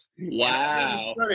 Wow